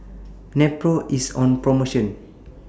Nepro IS on promotion